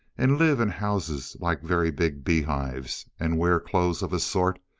and live in houses like very big bee-hives, and wear clothes of a sort,